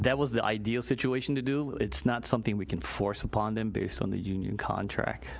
that was the ideal situation to do it's not something we can force upon them based on the union contract